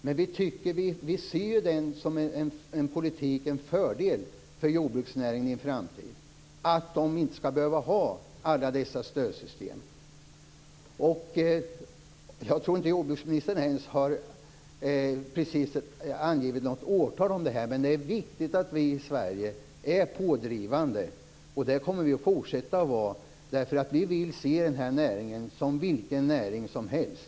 Men vi ser det som en fördel för jordbruksnäringen i framtiden att man inte skall behöva ha alla dessa stödsystem. Jag tror inte ens att jordbruksministern har angivit något årtal, men det är viktigt att vi i Sverige är pådrivande. Det kommer vi att fortsätta att vara. Vi vill se denna näring som vilken näring som helst.